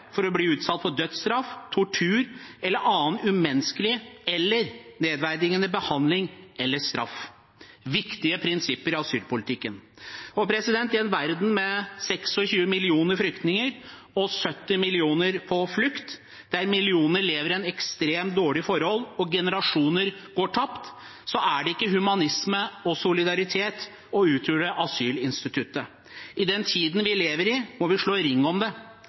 for å bli utsatt for dødsstraff, tortur eller annen umenneskelig eller nedverdigende behandling eller straff – viktige prinsipper i asylpolitikken. I en verden med 26 millioner flyktninger og 70 millioner på flukt, der millioner lever under ekstremt dårlige forhold og generasjoner går tapt, er det ikke humanisme og solidaritet å uthule asylinstituttet. I den tiden vi lever i, må vi slå ring om det,